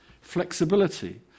flexibility